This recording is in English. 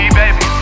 baby